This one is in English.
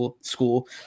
school